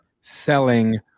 selling